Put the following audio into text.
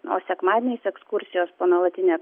o sekmadieniais ekskursijos po nuolatinę